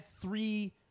three